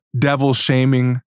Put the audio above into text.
devil-shaming